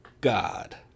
God